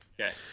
Okay